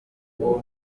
uwo